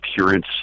appearance